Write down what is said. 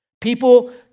people